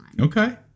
Okay